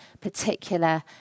particular